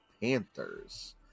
Panthers